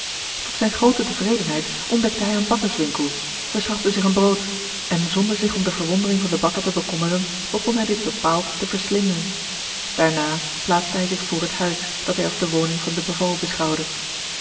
tot zijne groote tevredenheid ontdekte hij een bakkerswinkel verschafte zich een brood en zonder zich om de verwondering van den bakker te bekommeren begon hij dit bepaald te verslinden daarna plaatste hij zich voor het huis dat hij als de woning van de beval beschouwde